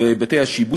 בהיבטי השיבוש,